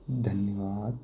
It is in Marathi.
धन्यवाद